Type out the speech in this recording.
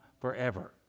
forever